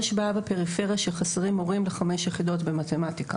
יש בעיה בפריפריה שחסרים מורים לחמש יחידות במתמטיקה.